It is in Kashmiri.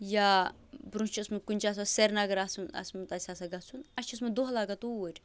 یا برٛونٛہہ چھِ اوسمُت کُنہِ چھُ آسان سریٖنگر آسُن آسمُت اَسہِ آسان گَژھُن اَسہِ چھُ اوسمُت دۄہ لَگان توٗرۍ